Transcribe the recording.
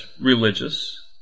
religious